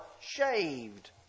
shaved